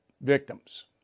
victims